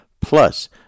Plus